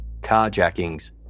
carjackings